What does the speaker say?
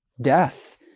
death